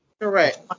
Correct